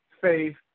faith